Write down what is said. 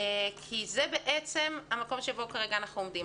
זה בעצם המקום שבו אנחנו עומדים כרגע.